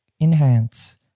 enhance